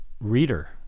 reader